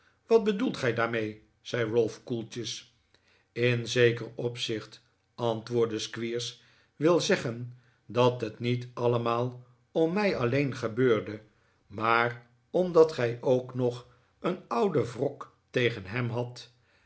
wat bedoelt gij daarmee zei ralph koeltjes in zeker opzicht antwoordde squeers wil zeggen dat het niet allemaal om mij alleen gebeurde maar omdat gij ook nog een ouden wrok tegen hem hadt